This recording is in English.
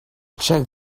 check